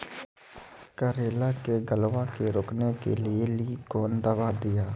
करेला के गलवा के रोकने के लिए ली कौन दवा दिया?